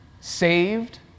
saved